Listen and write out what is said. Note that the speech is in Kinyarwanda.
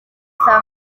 saa